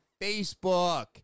facebook